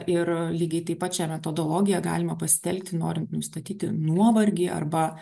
ir lygiai taip pat šią metodologiją galima pasitelkti norint nustatyti nuovargį arba